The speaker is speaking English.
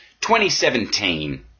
2017